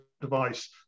device